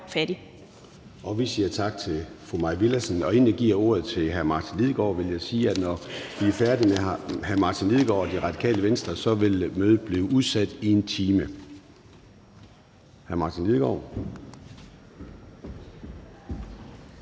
Gade): Vi siger tak til fru Mail Villadsen. Inden jeg giver ordet til hr. Martin Lidegaard, vil jeg sige, at når vi er færdige med hr. Martin Lidegaard og Det Radikale Venstre, vil mødet blive udsat i 1 time.